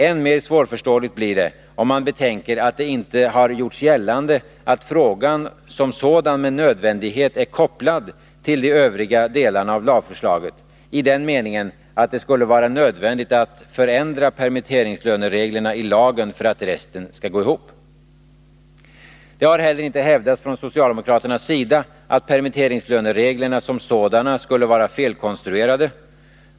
Än mer svårförståeligt blir det, om man betänker att det inte har gjorts gällande att frågan som sådan med nödvändighet är kopplad till de övriga delarna av lagförslaget, i den meningen att det skulle vara nödvändigt att förändra permitteringslönereglerna i lagen för att resten skall gå ihop. Det har heller inte hävdats från socialdemokraternas sida att permitteringslönereglerna som sådana skulle vara felkonstruerade.